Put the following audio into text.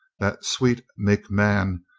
that sweet, meek man,